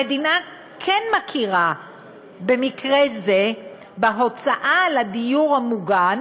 המדינה כן מכירה במקרה זה בהוצאה על הדיור המוגן